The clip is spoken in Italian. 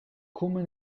come